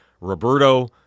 Roberto